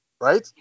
right